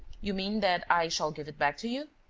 you mean that i shall give it back to you?